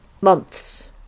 months